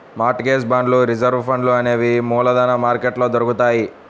mart gauge బాండ్లు రిజర్వు ఫండ్లు అనేవి మూలధన మార్కెట్లో దొరుకుతాయ్